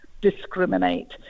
discriminate